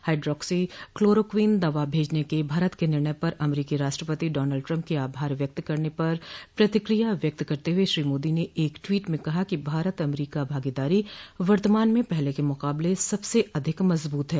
hydroxy chloroquine दवा भेजने के भारत के निर्णय पर अमरीकी राष्ट्रपति डॉनल्ड ट्रम्प के आभार व्यक्त करने पर प्रतिक्रिया व्यक्त करते हुए श्री मोदी ने एक ट्वीट में कहा कि भारत अमरीका भागीदारी वर्तमान में पहले के मुकाबले सबसे अधिक मजबूत है